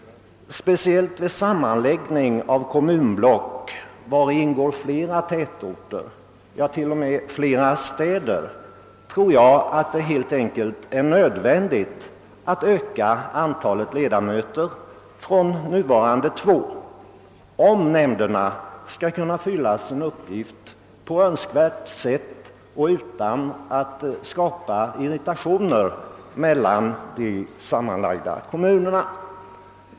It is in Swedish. Speciellt vid sammanläggning av kommunblock där flera tätorter ingår — ja, t.o.m. flera städer — tror jag det blir nödvändigt att öka antalet ledamöter, om nämnderna skall kunna fylla sina uppgifter på önskvärt sätt och utan att det skapas irritation mellan de sammanlagda kommunerna.